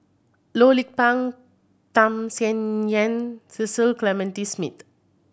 Loh Lik Peng Tham Sien Yen Cecil Clementi Smith